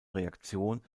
reaktion